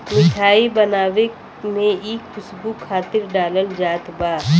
मिठाई बनावे में इ खुशबू खातिर डालल जात बा